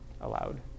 allowed